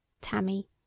Tammy